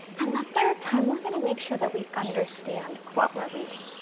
and the third time we're gonna make sure that we understand what we're reading.